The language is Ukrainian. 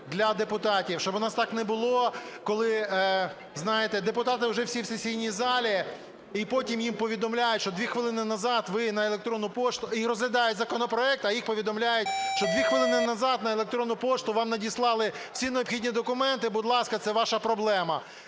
для депутатів, щоб у нас так не було, коли, знаєте, депутати вже всі в сесійній залі, і потім їм повідомляють, що дві хвилини назад ви на електронну пошту… і розглядають законопроект, а їх повідомляють, що "дві хвилини назад на електронну пошту вам надіслали всі необхідні документи, будь ласка, це ваша проблема".